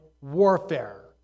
warfare